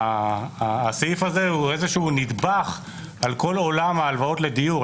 הסעיף הזה הוא נדבך על כל עולם ההלוואות לדיור.